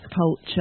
culture